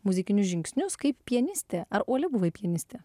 muzikinius žingsnius kaip pianistė ar uoli buvai pianistė